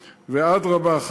ואדרבה,